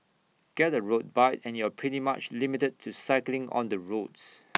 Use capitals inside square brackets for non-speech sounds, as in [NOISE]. get A road bike and you're pretty much limited to cycling on the roads [NOISE]